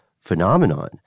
phenomenon